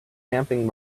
camping